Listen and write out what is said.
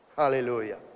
Hallelujah